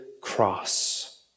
cross